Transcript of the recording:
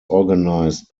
organized